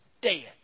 Dead